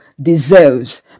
deserves